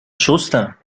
شستم